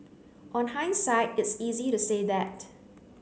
on hindsight it's easy to say that